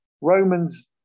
Romans